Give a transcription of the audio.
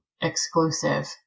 exclusive